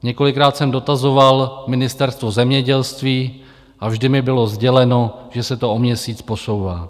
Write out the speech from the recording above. Několikrát jsem dotazoval Ministerstvo zemědělství a vždy mi bylo sděleno, že se to o měsíc posouvá.